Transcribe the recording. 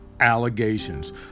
allegations